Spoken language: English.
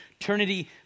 eternity